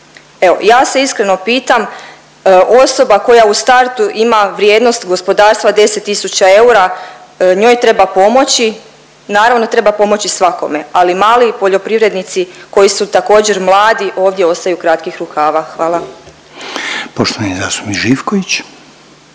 Evo ja se iskreno pitam osoba koja u startu ima vrijednost gospodarstva od 10 tisuća eura njoj treba pomoći, naravno treba pomoći svakome, ali mali poljoprivrednici koji su također mladi ovdje ostaju kratkih rukava. Hvala. **Reiner, Željko